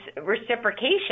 reciprocation